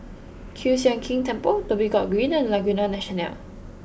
Kiew Sian King Temple Dhoby Ghaut Green and Laguna National